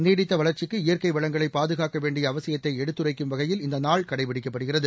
நீடித்த வளர்ச்சிக்கு இயற்கை வளங்களை பாதுகாக்கவேண்டிய அவசியத்தை எடுத்துரைக்கும் வகையில் இந்த நாள் கடைபிடிக்கப்படுகிறது